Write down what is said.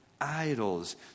Idols